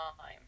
time